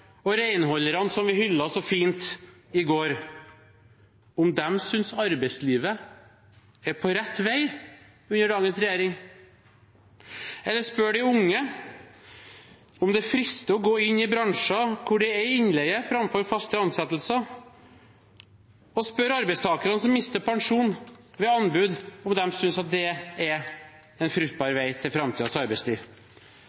og renholderne som vi hyllet så fint i går, om de synes arbeidslivet er på rett vei under dagens regjering. Eller spør de unge om det frister å gå inn i bransjer der det er innleie framfor faste ansettelser. Spør arbeidstakerne som mister pensjon ved anbud, om de synes at det er en fruktbar